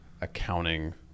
accounting